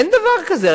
אין דבר כזה.